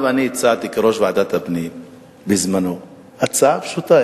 הצעתי כיושב-ראש ועדת הפנים בזמני הצעה פשוטה,